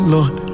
Lord